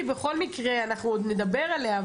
בכל מקרה אנחנו עוד נדבר עליה,